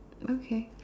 okay